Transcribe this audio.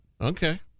Okay